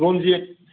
Ranjit